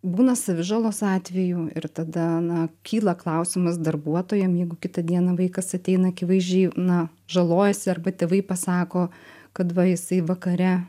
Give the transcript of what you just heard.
būna savižalos atvejų ir tada na kyla klausimas darbuotojam jeigu kitą dieną vaikas ateina akivaizdžiai na žalojasi arba tėvai pasako kad va jisai vakare